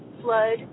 flood